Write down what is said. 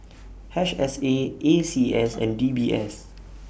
H S A A C S and D B S